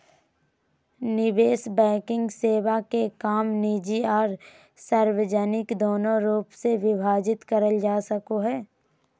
निवेश बैंकिंग सेवा के काम निजी आर सार्वजनिक दोनों रूप मे विभाजित करल जा सको हय